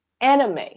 Anime